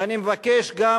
ואני מבקש גם,